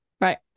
right